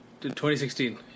2016